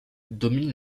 domine